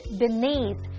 beneath